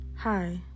Hi